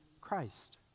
Christ